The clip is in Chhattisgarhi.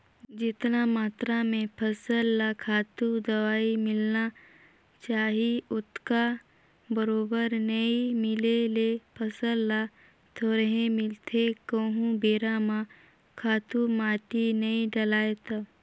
जेतना मातरा में फसल ल खातू, दवई मिलना चाही ओतका बरोबर नइ मिले ले फसल ल थोरहें मिलथे कहूं बेरा म खातू माटी नइ डलय ता